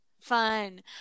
fun